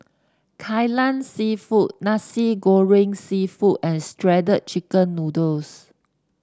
Kai Lan seafood Nasi Goreng seafood and Shredded Chicken Noodles